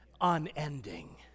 unending